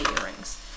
earrings